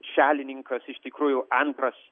šalininkas iš tikrųjų antras